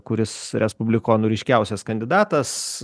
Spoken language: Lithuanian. kuris respublikonų ryškiausias kandidatas